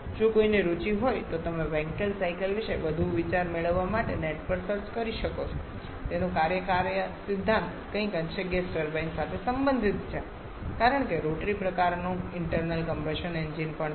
જો કોઈને રુચિ હોય તો તમે વેન્કેલ સાયકલ વિશે વધુ વિચાર મેળવવા માટે નેટ પર સર્ચ કરી શકો છો જેનો કાર્યકારી સિદ્ધાંત કંઈક અંશે ગેસ ટર્બાઇન સાથે સંબંધિત છે કારણ કે તે રોટરી પ્રકારનું ઇન્ટરનલ કમ્બશન એન્જિન પણ છે